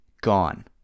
Gone